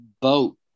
boat